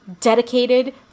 dedicated